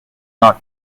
not